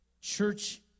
church